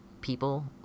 people